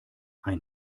ein